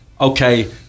okay